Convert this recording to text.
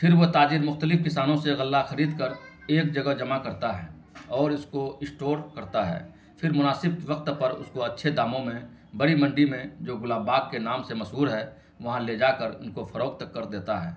پھر وہ تاجر مختلف کسانوں سے غلہ خرید کر ایک جگہ جمع کرتا ہے اور اس کو اسٹور کرتا ہے پھر مناسب وقت پر اس کو اچھے داموں میں بڑی منڈی میں جو گلاب باغ کے نام سے مشہور ہے وہاں لے جا کر ان کو فروخت تک کر دیتا ہے